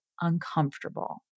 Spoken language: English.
uncomfortable